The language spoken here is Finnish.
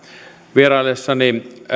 vieraillessani